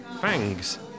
Fangs